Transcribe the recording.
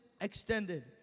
extended